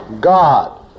God